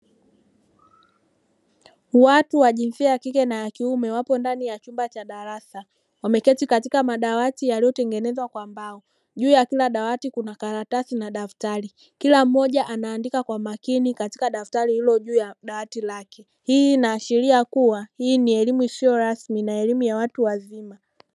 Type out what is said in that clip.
Watu wa jinsia ya kike na ya kiume wapo ndani ya chumba cha darasa, wameketi katika madawati yaliyotengenezwa kwa mbao; juu ya kila dawati kuna karatasi na daftari, kila mmoja anaandika kwa makini katika daftari lililo juu ya dawati lake. Hii inaashiria kuwa hii ni elimu isiyo rasmi na elimu ya watu wazima.